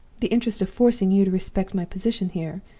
the interest of forcing you to respect my position here,